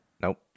Nope